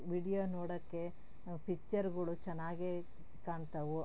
video ನೋಡೋಕ್ಕೆ ಪಿಚ್ಚರ್ಗಳು ಚೆನ್ನಾಗೇ ಕಾಣ್ತವೆ